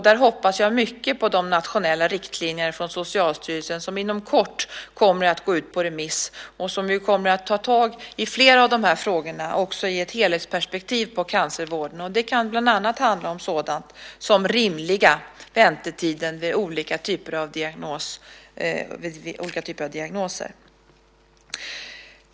Där hoppas jag mycket på de nationella riktlinjer från Socialstyrelsen som inom kort kommer att gå ut på remiss och som kommer att ta tag i flera av de här frågorna, också i ett helhetsperspektiv på cancervården. Det kan bland annat handla om sådant som rimliga väntetider vid olika typer av diagnoser.